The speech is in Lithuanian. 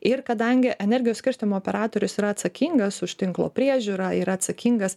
ir kadangi energijos skirstymo operatorius yra atsakingas už tinklo priežiūrą ir atsakingas